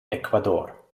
ecuador